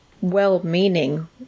well-meaning